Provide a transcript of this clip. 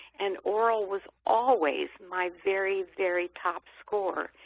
and aural was always my very, very top score.